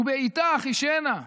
ובעיתה אחישנה.